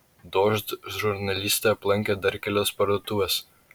dožd žurnalistė aplankė dar kelias parduotuves